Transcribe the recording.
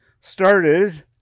started